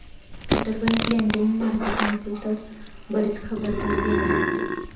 interbank lending market मध्ये तर बरीच खबरदारी घ्यावी लागते